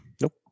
Nope